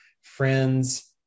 friends